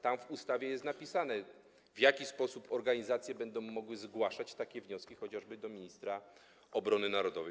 Tam, w ustawie, jest napisane, w jaki sposób organizacje będą mogły zgłaszać takie wnioski, chociażby do ministra obrony narodowej.